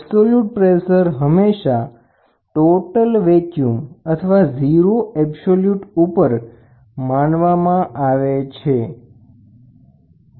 absolute pressure હંમેશા total vacuum અથવા zero absolute ઉપર માપવામાં આવે છે